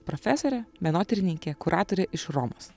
profesorė menotyrininkė kuratorė iš romos